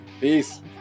Peace